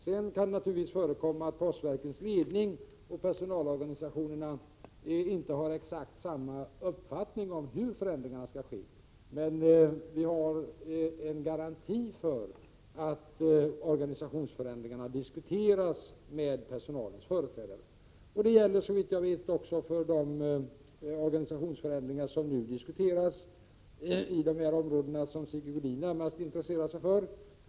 Det kan naturligtvis förekomma att postverkets ledning och personalorganisationerna inte har exakt samma uppfattning om hur förändringarna skall se ut, men vi har en garanti för att organisationsförändringarna diskuteras med personalens företrädare. Detta gäller såvitt jag vet också de organisationsförändringar som nu diskuteras på de områden som Sigge Godin närmast intresserar sig för.